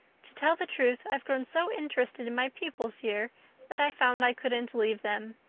to tell the truth, i've grown so interested in my pupils here that i found i couldn't leave them.